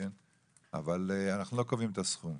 אבל אנחנו לא קובעים את הסכום.